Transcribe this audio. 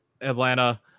atlanta